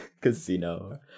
Casino